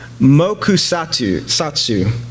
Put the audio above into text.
Mokusatsu